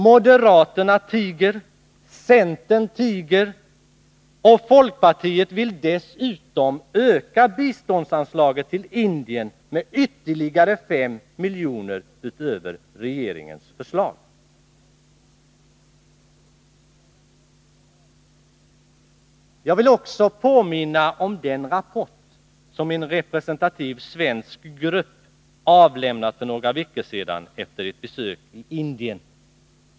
Moderaterna tiger, centern tiger, och folkpartiet vill dessutom öka biståndsanslaget till Indien med ytterligare 5 miljoner utöver regeringens förslag. Jag vill också påminna om den rapport som en representativ svensk grupp avlämnat för någon vecka sedan efter ett besök i Indien.